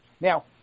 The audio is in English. Now